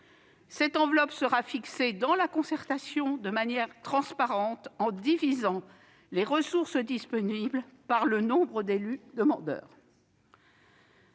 Cette enveloppe sera fixée dans la concertation, de manière transparente, en divisant les ressources disponibles par le nombre d'élus demandeurs.